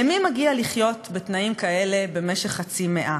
למי מגיע לחיות בתנאים כאלה במשך חצי מאה?"